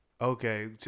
Okay